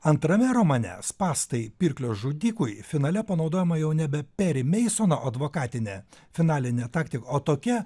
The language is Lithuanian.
antrame romane spąstai pirklio žudikui finale panaudojama jau nebe peri meisono advokatinė finalinė taktika o tokia